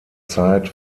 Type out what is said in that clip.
zeit